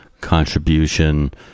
contribution